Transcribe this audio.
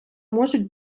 можуть